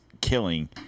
killing